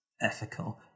ethical